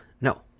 no